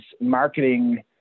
marketing